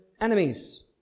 enemies